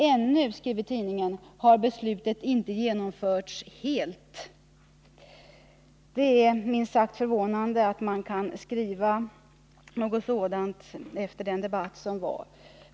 Ännu har beslutet inte genomförts helt ——--.” Det är minst sagt förvånande att man kan skriva något sådant efter den debatt som hade förekommit.